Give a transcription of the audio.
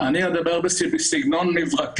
אנחנו ממש לא הולכים לדבר על הנושא הזה כרגע.